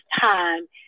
time